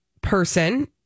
person